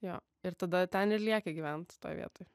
jo ir tada ten ir lieki gyvent toj vietoj